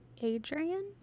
Adrian